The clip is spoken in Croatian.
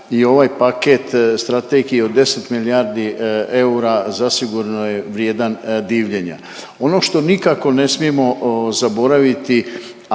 i ovaj paket strategije od 10 milijardi eura zasigurno je vrijedan divljenja. Ono što nikako ne smijemo zaboraviti,